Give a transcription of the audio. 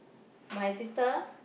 my sister